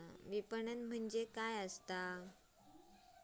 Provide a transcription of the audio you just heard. विपणन म्हणजे काय असा?